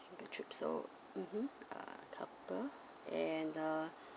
single trip so mmhmm uh couple and uh